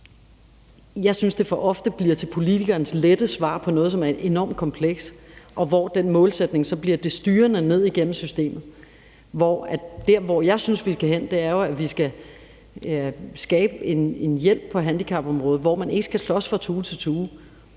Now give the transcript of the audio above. Jeg synes, at det for ofte bliver til politikernes lette svar på noget, som er et enormt kompleks, og hvor den målsætning så bliver det styrende ned igennem systemet. Jeg synes jo, vi skal derhen, hvor vi skal skabe en hjælp på handicapområdet, hvor man ikke skal slås fra tue til tue,